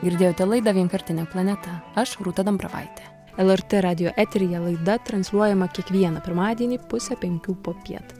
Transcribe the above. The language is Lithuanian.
girdėjote laidą vienkartinė planeta aš rūta dambravaitė lrt radijo eteryje laida transliuojama kiekvieną pirmadienį pusę penkių popiet